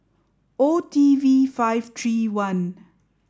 O T V five three one